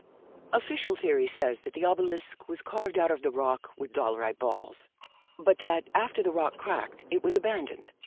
official theory says that the obelisk was carved out of the rock with dolerite balls but that, after the rock cracked, it was abandoned.